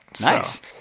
Nice